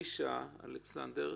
אלישע אלכסנדר.